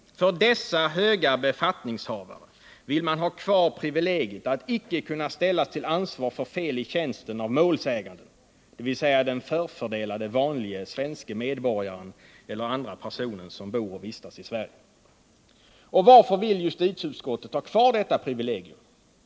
För dessa höga befattningshavare vill man ha kvar privilegiet att icke kunna ställas till ansvar för fel i tjänsten av målsäganden, dvs. den förfördelade vanlige svenske medborgaren eller annan person som bor och vistas i Sverige. Och varför vill justitieutskottet ha kvar detta privilegium?